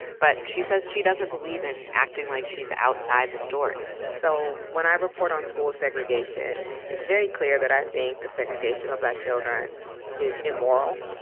but she says she doesn't believe in acting like she's outside the story. so, when i report on school segregation it's very clear that i think the segregation of black children is immoral.